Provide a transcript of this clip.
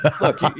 look